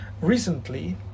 recently